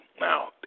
Now